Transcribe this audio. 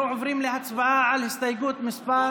אנחנו עוברים להצבעה על הסתייגות מס'